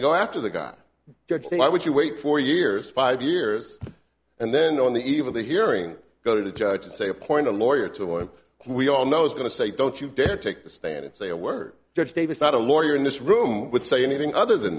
go after the guy judge why would you wait four years five years and then on the eve of the hearing go to the judge and say appoint a lawyer to what we all know is going to say don't you dare take the stand and say a word judge davis not a lawyer in this room would say anything other than